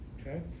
Okay